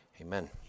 Amen